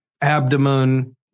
abdomen